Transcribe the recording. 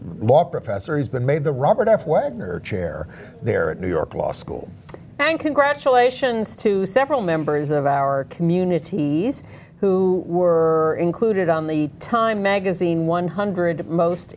law professor has been made the robert f wagner chair there at new york law school and congratulations to several members of our communities who were included on the time magazine one hundred most